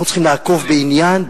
אנחנו צריכים לעקוב בעניין,